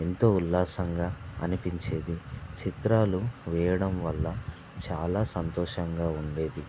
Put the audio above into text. ఎంతో ఉల్లాసంగా అనిపించేది చిత్రాలు వేయడంవల్ల చాలా సంతోషంగా ఉండేది